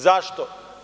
Zašto?